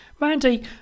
Randy